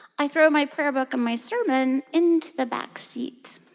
i throw my prayer book and my sermon into the back seat.